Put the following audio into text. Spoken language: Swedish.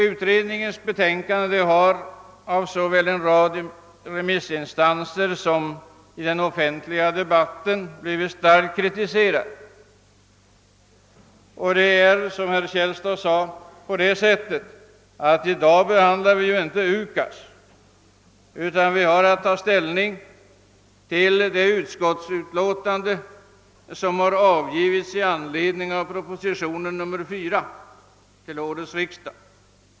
Utredningens förslag har mycket starkt kritiserats såväl av en rad remissinstanser som i den offentliga debatten, och som herr Källstad sade är det inte UKAS vi i dag behandlar, utan vi har att ta ställning till det utskottsutlåtande som har avgivits i anledning av proposition nr 4 till årets riksdag.